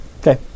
Okay